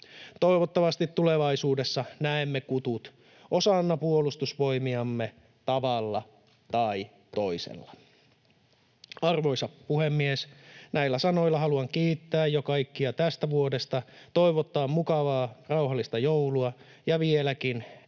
Toivottavasti tulevaisuudessa näemme kutut osana Puolustusvoimiamme tavalla tai toisella. Arvoisa puhemies! Näillä sanoilla haluan jo kiittää kaikkia tästä vuodesta sekä toivottaa mukavaa, rauhallista joulua ja vieläkin